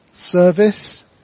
service